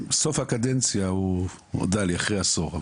בסוף הקדנציה הוא הודה לי, אחרי עשור.